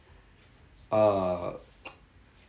uh